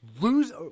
lose